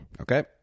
Okay